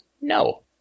No